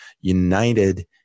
united